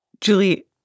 Julie